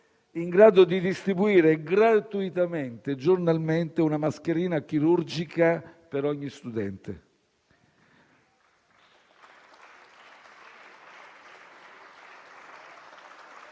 in grado di distribuire gratuitamente giornalmente una mascherina chirurgica per ogni studente.